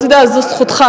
אתה יודע, זאת זכותך.